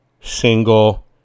single